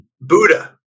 Buddha